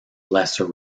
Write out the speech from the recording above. lesser